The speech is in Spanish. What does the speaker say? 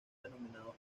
denominado